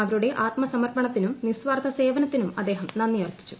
അവരുടെ ആത്മ സമർപ്പണത്തിനും നിസ്വാർത്ഥ സേവനത്തിനും അദ്ദേഹം നന്ദി അർപ്പിച്ചു